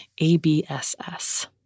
ABSS